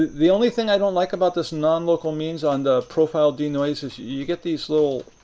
the only thing i don't like about this nonlocal means on the profile denoise is you get these little